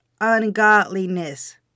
ungodliness